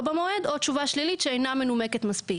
במועד או תשובה שלילית שאינה מנומקת מספיק.